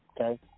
okay